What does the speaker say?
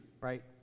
right